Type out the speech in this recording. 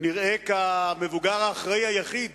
נראה כמבוגר האחראי היחיד